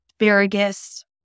asparagus